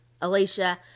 Alicia